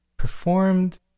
performed